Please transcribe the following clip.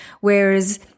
Whereas